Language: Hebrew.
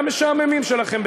והמשעממים שלכם,